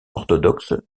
orthodoxe